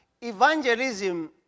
evangelism